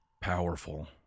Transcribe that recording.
powerful